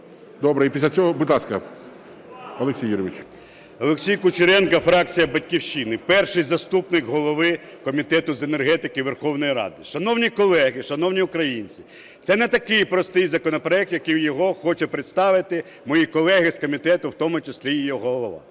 Добре. І після цього… Будь ласка, Олексій Юрійович. 12:54:13 КУЧЕРЕНКО О.Ю. Олексій Кучеренко, фракція "Батьківщина", перший заступник голови Комітету з енергетики Верховної Ради. Шановні колеги, шановні українці, це не такий простий законопроект, яким його хочуть представити мої колеги з комітету, в тому числі і його голова.